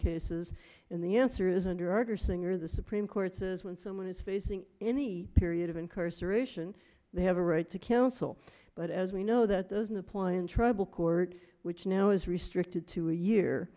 cases in the answer is under arguer singer the supreme court says when someone is facing any period of incarceration they have a right to counsel but as we know that those in apply and tribal courts which now is restricted to a year